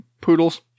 poodles